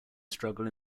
struggle